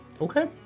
Okay